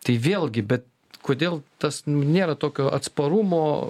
tai vėlgi bet kodėl tas nėra tokio atsparumo